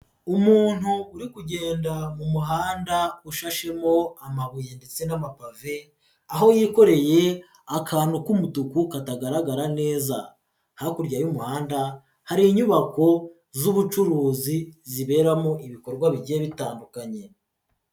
Umuntu uri kugenda mu muhanda ushashemo amabuye ndetse n'amapave, aho yikoreye akantu k'umutuku katagaragara neza, hakurya y'umuhanda hari inyubako z'ubucuruzi ziberamo ibikorwa bigiye bitandukanye.